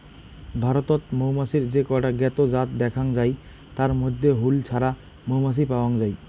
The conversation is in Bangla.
ভারতত মৌমাছির যে কয়টা জ্ঞাত জাত দ্যাখ্যাং যাই তার মইধ্যে হুল ছাড়া মৌমাছি পাওয়াং যাই